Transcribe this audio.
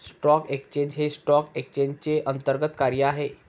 stock exchange हे stock एक्सचेंजचे अंतर्गत कार्य आहे